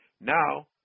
Now